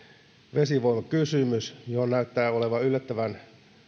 vesivoimakysymys johon näyttää olevan yllättävän